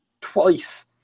twice